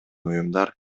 уюмдар